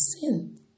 sin